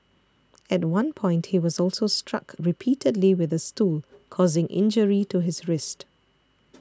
at one point he was also struck repeatedly with a stool causing injury to his wrist